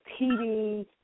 TV